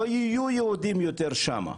לא יהיו יהודים יותר שמה,